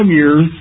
years